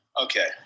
Okay